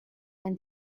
when